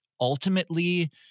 ultimately